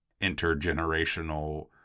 intergenerational